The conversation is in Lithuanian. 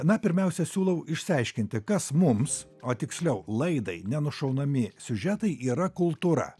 na pirmiausia siūlau išsiaiškinti kas mums o tiksliau laidai nenušaunami siužetai yra kultūra